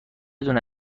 دونه